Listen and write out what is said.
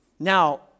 Now